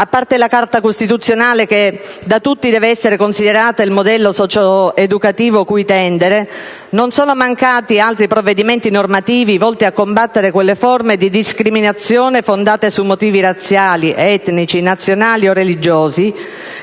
A parte la Carta costituzionale, che da tutti deve essere considerata il modello socio-educativo cui tendere, non sono mancati altri provvedimenti normativi volti a combattere quelle forme di discriminazione fondate su motivi razziali, etnici, nazionali o religiosi